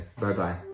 bye-bye